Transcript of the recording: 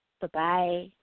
bye-bye